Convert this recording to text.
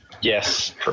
Yes